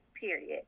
period